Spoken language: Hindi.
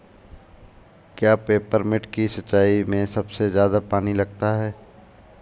क्या पेपरमिंट की सिंचाई में सबसे ज्यादा पानी लगता है?